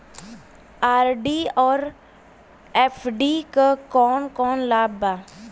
RD और FD क कौन कौन लाभ बा?